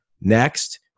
Next